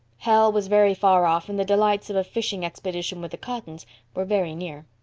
hell was very far off, and the delights of a fishing expedition with the cottons were very near.